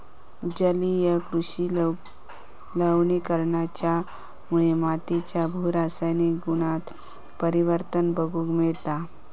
जलीय कृषि लवणीकरणाच्यामुळे मातीच्या भू रासायनिक गुणांत परिवर्तन बघूक मिळता